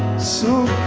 sue